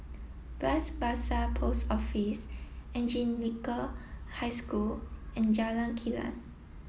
Bras Basah Post Office Anglican High School and Jalan Kilang